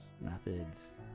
methods